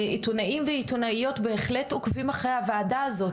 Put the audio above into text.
עיתונאים ועיתונאיות בהחלט עוקבים אחרי הוועדה הזו.